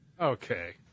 Okay